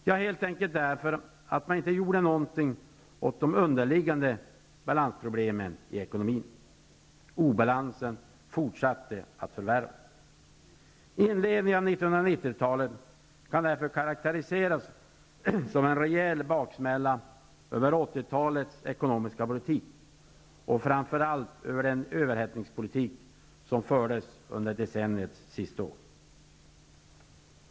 Ja, helt enkelt därför att inget gjordes åt de underliggande balansproblemen i ekonomin. Obalansen fortsatte att förvärras. Inledningen av 1990-talet kan därför karakteriseras som en rejäl baksmälla efter 80-talets ekonomiska politik och framför allt den överhettningspolitik som fördes under decenniets sista år.